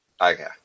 Okay